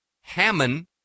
Hammond